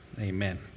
Amen